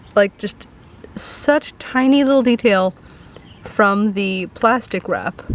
like just such tiny little detail from the plastic wrap.